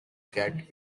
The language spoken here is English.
get